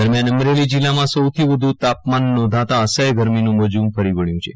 દરમિયાન અમરેલી જિલ્લામાં સૌથી વધુ તાપમાન નોંધાતા અસહ્ય ગરમીનું મોજું ફરી વળ્યું છે